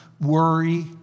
worry